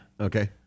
Okay